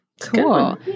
cool